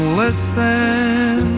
listen